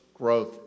growth